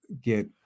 get